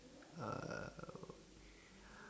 uh